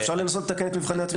אפשר לנסות לתקן את מבחני התמיכה.